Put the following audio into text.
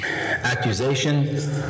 accusation